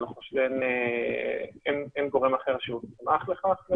למיטב ידיעתי אין גורם אחר שהוסמך לכך.